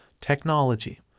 technology